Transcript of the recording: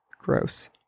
Gross